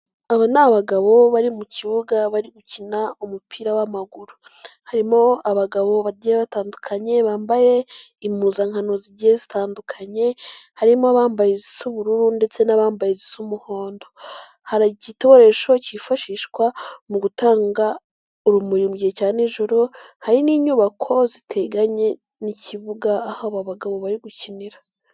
Aba ni abagabo bari mu kibuga, bari gukina umupira w'amaguru. Harimo abagabo bagiye batandukanye, bambaye impuzankano zigiye zitandukanye. Harimo abambaye izisa ubururu ndetse n'abambaye izisa umuhondo. Hari igikoresho kifashishwa mu gutanga urumuri mu gihe cya nijoro. Hari n'inyubako ziteganye n'ikibuga, aho aba bagabo bari gukinira.